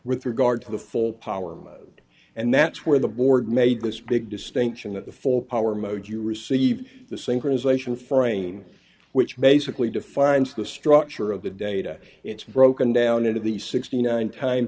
with regard to the full power and that's where the board made this big distinction at the full power mode you receive the synchronization furring which basically defines the structure of the data it's broken down into the sixty nine